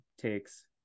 takes